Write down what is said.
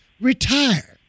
retire